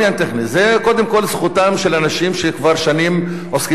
זו קודם כול זכותם של אנשים שכבר שנים עוסקים בעניין הזה.